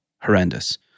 horrendous